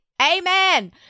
Amen